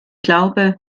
glaube